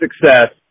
success